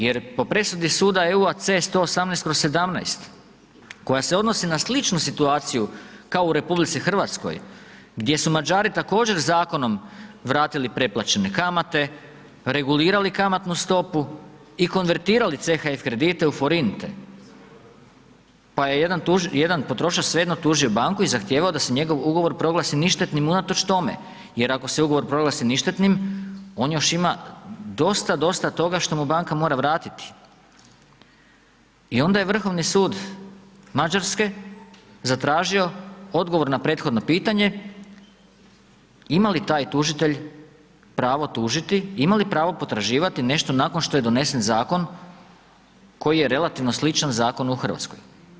Jer po presudi Suda EU-a, C118/17 koja se odnosi na sličnu situaciju kao u RH gdje su Mađari također zakonom vratili preplaćene kamate, regulirali kamatnu stopu i konvertirali CHF kredite u forinte pa jedan potrošač svejedno tužio banku i zahtijevao da se njegov ugovor proglasi ništetnim unatoč tome jer ako se ugovor proglasi ništetnim, on još ima dosta, dosta što mu banka mora vratiti i onda je Vrhovni sud Mađarske zatražio odgovor na prethodno pitanje ima li taj tužitelj pravo tužiti, imali pravo potraživati nešto nakon što je donesen zakon koji je relativno sličan zakonu u Hrvatskoj.